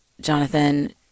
Jonathan